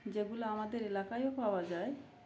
যেগুলো আমাদের এলাকায়ও পাওয়া যায়